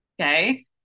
Okay